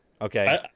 okay